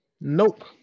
nope